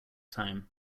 time